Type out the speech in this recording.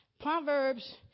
Proverbs